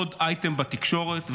עוד אייטם בתקשורת.